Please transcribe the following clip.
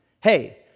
hey